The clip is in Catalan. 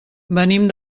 venim